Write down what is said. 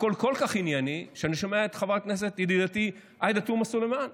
והכול כל כך ענייני שאני שומע את חברת הכנסת ידידתי עאידה תומא סלימאן,